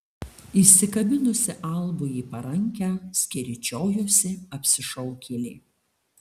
įsikabinusi albui į parankę skeryčiojosi apsišaukėlė